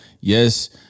Yes